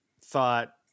thought